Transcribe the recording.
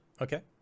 Okay